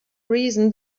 reason